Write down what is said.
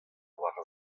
oar